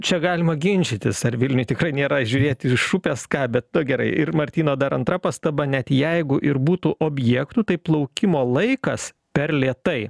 čia galima ginčytis ar vilniuj tikrai nėra žiūrėti iš upės ką bet nu gerai ir martyno dar antra pastaba net jeigu ir būtų objektų taip laukimo laikas per lėtai